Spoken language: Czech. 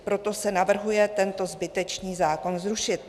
Proto se navrhuje tento zbytečný zákon zrušit.